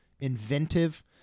inventive